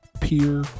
peer